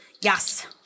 Yes